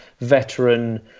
veteran